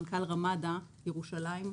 מנכ"ל רמדה ירושלים,